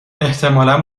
احتمالا